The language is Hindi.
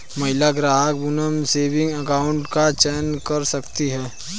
महिला ग्राहक वुमन सेविंग अकाउंट का चयन कर सकती है